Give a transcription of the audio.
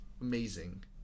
amazing